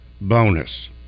bonus